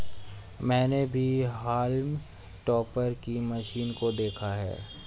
मैंने भी haulm topper की मशीन को देखा है